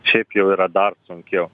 šiaip jau yra dar sunkiau